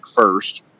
first